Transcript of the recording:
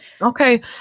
Okay